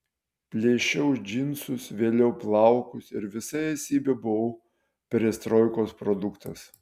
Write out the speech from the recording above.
plėšiau džinsus vėliau plaukus ir visa esybe buvau perestroikos produktas